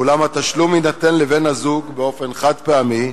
ואולם, התשלום יינתן לבן-הזוג באופן חד-פעמי.